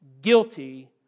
guilty